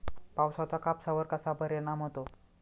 पावसाचा कापसावर कसा परिणाम होतो?